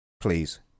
Please